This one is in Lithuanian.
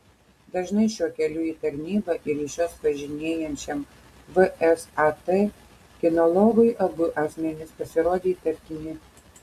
dažnai šiuo keliu į tarnybą ir iš jos važinėjančiam vsat kinologui abu asmenys pasirodė įtartini